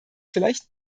vielleicht